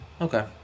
Okay